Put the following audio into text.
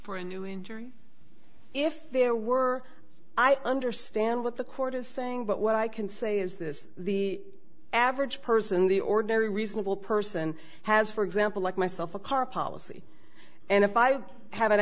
for a new injury if there were i understand what the court is saying but what i can say is this the average person the ordinary reasonable person has for example like myself a car policy and if i have an